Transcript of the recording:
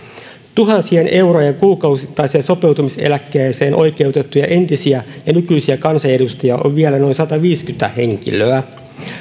tuhansien eurojen kuukausittaiseen sopeutumiseläkkeeseen oikeutettuja entisiä ja nykyisiä kansanedustajia on vielä noin sataviisikymmentä henkilöä